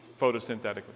photosynthetic